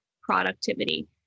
productivity